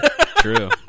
True